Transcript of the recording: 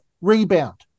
rebound